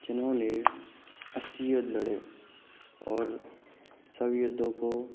जिन्होंने होने अस्सी युद्ध लड़े और सभी युद्धों को